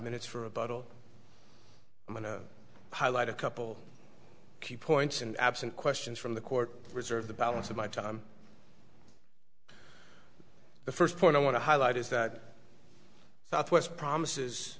minutes for a bottle i'm going to highlight a couple key points and absent questions from the court reserve the balance of my time the first point i want to highlight is that southwest promises